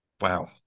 wow